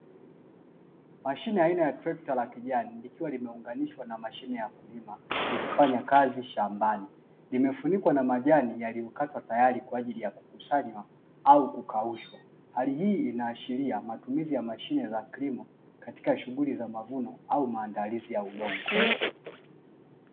Mashine aina ya trekta la kijani likiwa limeunganishwa na mashine ya kulima, likifanya kazi shambani. Imefunikwa na majani yaliyokatwa tayari kwa ajili ya kukusanywa au kukaushwa. Hali hii inaashiria matumizi ya mashine za kilimo, katika shughuli za mavuno au maandalizi ya udongo.